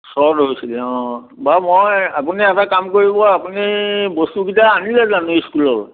চৰ্ত হৈছিলে অঁ বাৰু মই আপুনি এটা কাম কৰিব আপুনি বস্তুকেইটা আনিলে জানো স্কুললৈ